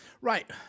Right